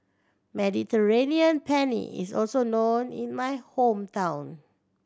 Mediterranean Penne is also known in my hometown